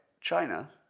China